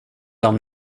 dem